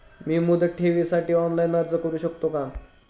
मी मुदत ठेवीसाठी ऑनलाइन अर्ज करू शकतो का?